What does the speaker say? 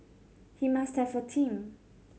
he must have a team